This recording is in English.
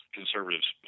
conservatives